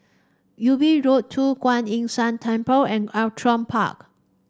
Ubi Road Two Kuan Yin San Temple and Outram Park